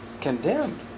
condemned